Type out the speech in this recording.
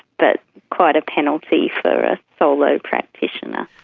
but quite a penalty for a solo practitioner.